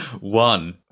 One